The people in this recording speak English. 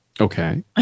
Okay